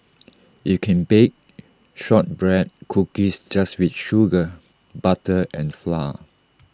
you can bake Shortbread Cookies just with sugar butter and flour